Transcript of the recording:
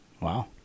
Wow